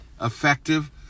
effective